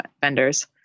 vendors